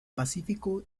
pacífico